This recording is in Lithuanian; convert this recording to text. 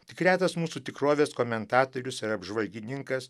tik retas mūsų tikrovės komentatorius ir apžvalgininkas